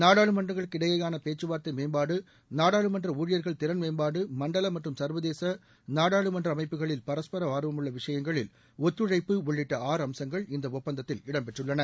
நாடாளுமன்றங்களுக்கு இடையேயான பேச்சுவார்த்தை மேம்பாடு நாடாளுமன்ற ஊழியர்கள் திறன் மேம்பாடு மண்டல மற்றும் சர்வதேச நாடாளுமன்ற அமைப்புகளில் பரஸ்பர ஆர்வமுள்ள விஷயங்களில் ஒத்துழைப்பு உள்ளிட்ட ஆறு அம்சங்கள் இந்த ஒப்பந்தத்தில் இடம் பெற்றுள்ளன